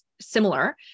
similar